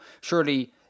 surely